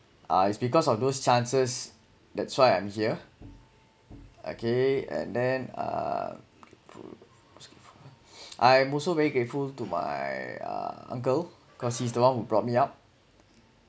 uh it's because of those chances that's why I'm here okay and then uh I am also very grateful to my uh uncle because he's the one who brought me up